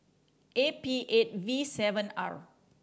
A P eight V seven R